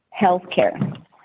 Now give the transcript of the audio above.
healthcare